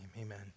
Amen